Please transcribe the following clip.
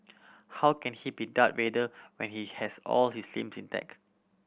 how can he be Darth Vader when he has all his limbs intact